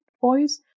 boys